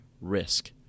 risk